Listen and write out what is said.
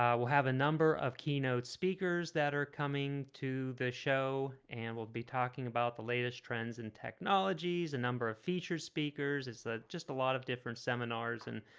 um will have a number of keynote speakers that are coming to the show and we'll be talking about the latest trends and technologies a number of feature speakers. it's just a lot of different seminars and